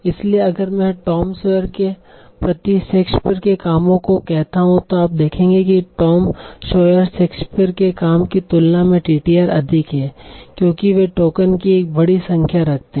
इसलिए अगर मैं टॉम सॉयर के प्रति शेक्सपियर के कामों को कहता हूं तो आप देखेंगे कि टॉम सॉयर शेक्सपियर के काम की तुलना में टीटीआर अधिक है क्योंकि वे टोकन की एक बड़ी संख्या रखते हैं